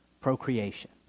procreation